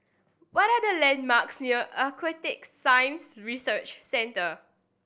what are the landmarks near Aquatic Science Research Centre